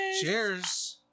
Cheers